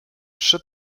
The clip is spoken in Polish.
przy